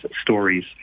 Stories